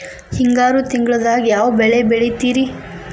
ಹಿಂಗಾರು ತಿಂಗಳದಾಗ ಯಾವ ಬೆಳೆ ಬೆಳಿತಿರಿ?